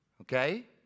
okay